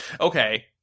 Okay